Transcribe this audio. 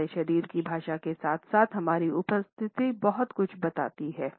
हमारे शरीर की भाषा के साथ साथ हमारी उपस्थिति बहुत कुछ बताती है